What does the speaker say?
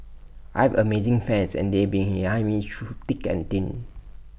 I've amazing fans and they've been behind me through thick and thin